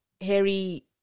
Harry